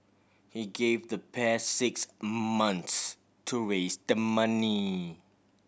he gave the pair six months to raise the money